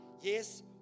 Yes